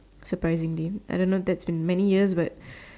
surprisingly I don't know that's in many years but